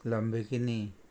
Lamborghini